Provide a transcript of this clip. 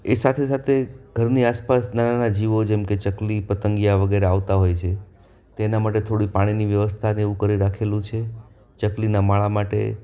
એ સાથે સાથે ઘરની આસપાસ નાના નાના જીવો જેમકે ચકલી પતંગિયા વગેરે આવતા હોય છે તેના માટે થોડી પાણીની વ્યવસ્થા ને એવું કરી રાખેલું છે ચકલીના માળા માટે